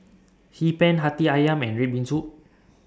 Hee Pan Hati Ayam and Red Bean Soup